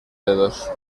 dedos